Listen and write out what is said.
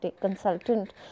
consultant